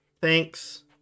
Thanks